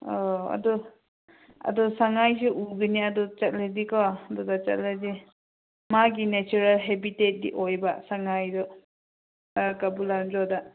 ꯑꯗꯨ ꯑꯗꯣ ꯁꯪꯉꯥꯏꯁꯤ ꯎꯒꯅꯤ ꯑꯗꯣ ꯆꯠꯂꯗꯤꯀꯣ ꯑꯗꯨꯒ ꯆꯠꯂꯗꯤ ꯃꯥꯒꯤ ꯅꯦꯆꯔꯦꯜ ꯍꯦꯕꯤꯇꯦꯠꯇꯤ ꯑꯣꯏꯕ ꯁꯪꯉꯥꯏꯗꯨ ꯀꯩꯕꯨꯜ ꯂꯝꯖꯥꯎꯗ